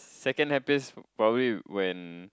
second happiest probably when